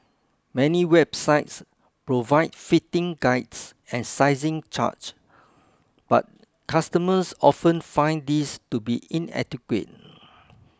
many websites provide fitting guides and sizing chart but customers often find these to be inadequate